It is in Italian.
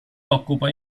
occupa